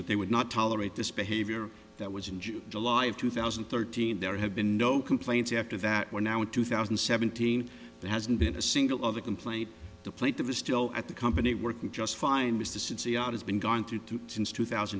that they would not tolerate this behavior that was in june july of two thousand and thirteen there have been no complaints after that we're now in two thousand and seventeen there hasn't been a single other complaint the plate that was still at the company working just fine with the cincy out has been gone through two since two thousand